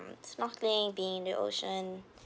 snorkeling be in the ocean